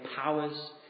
powers